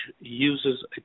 uses